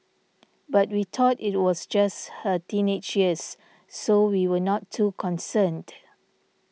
but we thought it was just her teenage years so we were not too concerned